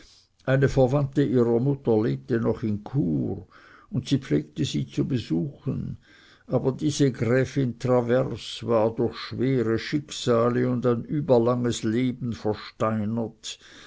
eine verwandte ihrer mutter lebte noch in chur und sie pflegte sie zu besuchen aber diese gräfin travers war durch schwere schicksale und ein überlanges leben versteinert